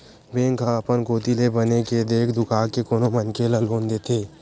bank ह अपन कोती ले बने के देख दुखा के कोनो मनखे ल लोन देथे